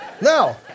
Now